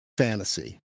Fantasy